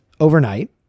overnight